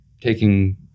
Taking